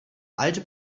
alte